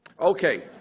Okay